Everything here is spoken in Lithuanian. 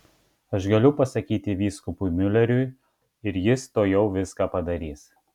aš galiu pasakyti vyskupui miuleriui ir jis tuojau viską padarys